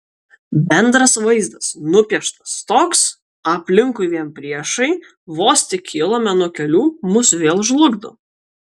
bendras vaizdas nupieštas toks aplinkui vien priešai vos tik kylame nuo kelių mus vėl žlugdo